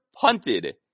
punted